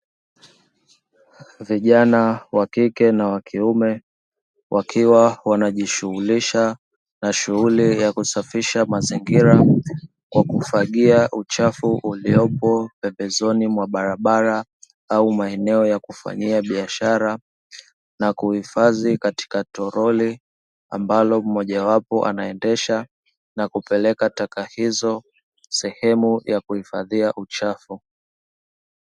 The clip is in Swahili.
Vijana wa kike na wa kiume wakiwa wanajishughulisha na shughuli ya kusafisha mazingira, kwa kufagia uchafu uliopo pembezoni mwa barabara au maeneo ya kufanyia biashara, na kuhifadhi katika toroli ambalo mmojawapo anaendesha na kuzipeleka taka hizo katika sehemu ya kuhifadhia uchafu.